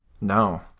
No